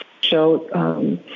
show